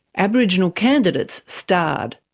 aboriginal candidates starred.